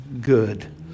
good